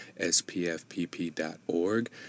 SPFPP.org